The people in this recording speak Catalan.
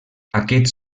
aquests